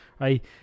Right